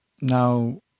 now